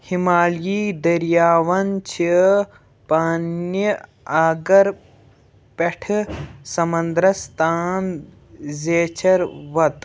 ہِمالی دٔریاوَن چھِ پنٛنہِ آگر پٮ۪ٹھٕ سمنٛدرس تام زیچھر وتہٕ